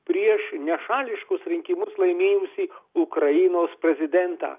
prieš nešališkus rinkimus laimėjusį ukrainos prezidentą